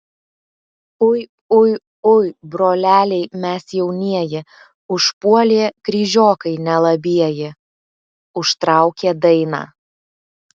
ui ui ui broleliai mes jaunieji užpuolė kryžiokai nelabieji užtraukė dainą